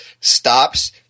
stops